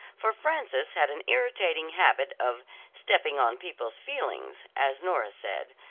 for frances had an irritating habit of stepping on people's feelings as nora said,